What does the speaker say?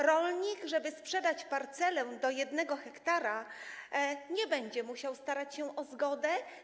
Rolnik, żeby sprzedać parcelę do 1 ha, nie będzie musiał starać się o zgodę.